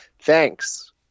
Thanks